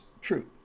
true